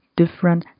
different